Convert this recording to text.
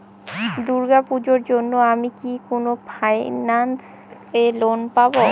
দূর্গা পূজোর জন্য আমি কি কোন ফাইন্যান্স এ লোন পাবো?